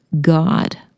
God